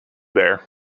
there